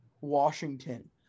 Washington